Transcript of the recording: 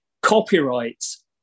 copyrights